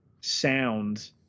sound